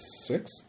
six